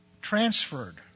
transferred